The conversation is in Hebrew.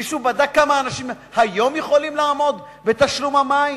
מישהו בדק כמה אנשים היום יכולים לעמוד בתשלום המים?